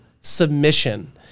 submission